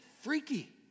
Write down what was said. freaky